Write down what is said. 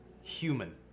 human